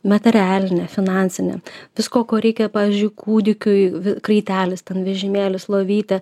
materialinė finansinė visko ko reikia pavyzdžiui kūdikiui kraitelis ten vežimėlis lovytė